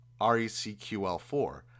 RECQL4